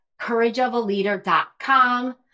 courageofaleader.com